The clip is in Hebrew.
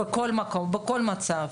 זה בכל מקום ובכל מצב.